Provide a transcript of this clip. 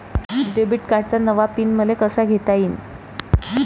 Debit कार्डचा नवा pin मले कसा घेता येईन?